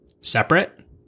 separate